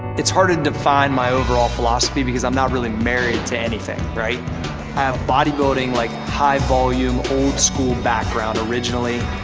it's hard to define my overall philosophy because i'm not really married to anything, right? i have bodybuilding, like, high volume, old-school background originally.